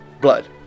blood